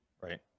right